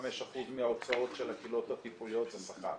ל-75% מההוצאות של הקהילות הטיפוליות זה שכר.